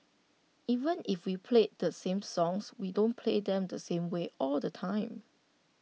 even if we play the same songs we don't play them the same way all the time